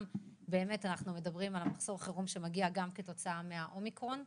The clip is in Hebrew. אנחנו מדברים על מחסור חירום גם בעקבות האומיקרון,